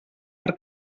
per